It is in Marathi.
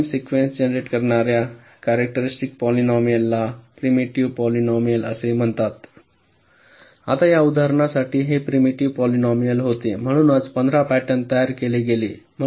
तर एम सिक्वेन्स जनरेट करणार्या करेट्रिस्टिक पॉलिनोमिल ला प्रिमिटिव्ह पॉलिनोमिल म्हणतात आता या उदाहरणासाठी हे प्रिमिटिव्ह पॉलिनोमिल होते म्हणूनच 15 पॅटर्न तयार केले गेले